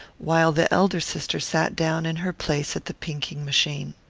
while the elder sister sat down in her place at the pinking-machine.